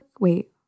wait